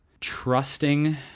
trusting